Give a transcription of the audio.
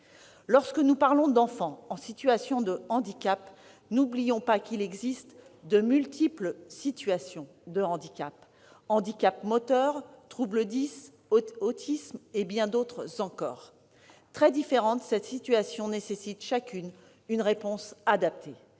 Lorsque nous parlons d'enfants en situation de handicap, n'oublions pas qu'il existe de multiples situations en la matière : handicaps moteurs, troubles « dys », autisme, et bien d'autres encore. Très différentes, ces situations nécessitent des réponses adaptées.